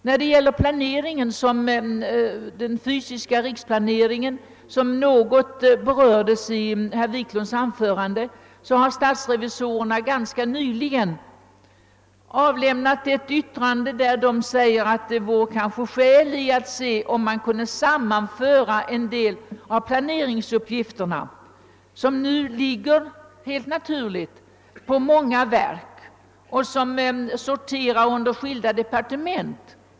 Beträffande den fysiska riksplaneringen, som något berördes i herr Wiklunds anförande, har statsrevisorerna ganska nyligen avlämnat ett yttrande, där de framhåller att det vore skäl att undersöka, om inte en större grad av samordning kunde åstadkommas mellan en del av planeringsuppgifterna, som nu helt naturligt handläggs av många olika verk, vilka sorterar under skilda departement.